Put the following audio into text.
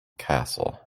castle